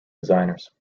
designers